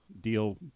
deal